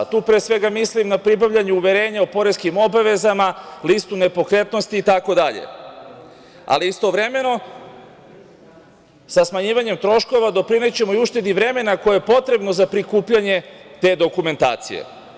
Tu pre svega mislim na pribavljanje uverenja o poreskim obavezama, listu nepokretnosti itd, ali istovremeno sa smanjivanjem troškova doprinećemo i uštedi vremena koje je potrebno za prikupljanje te dokumentacije.